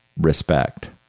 respect